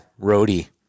roadie